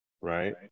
right